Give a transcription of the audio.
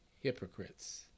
hypocrites